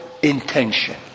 intention